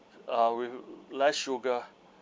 uh with less sugar